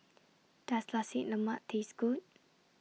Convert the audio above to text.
Does Nasi Lemak Taste Good